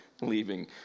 leaving